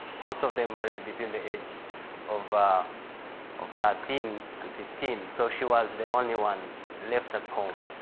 most of them married between the age of of thirteen and fifteen. so she was the only one left at home.